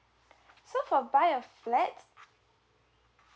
so for buy a flat